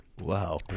Wow